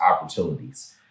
opportunities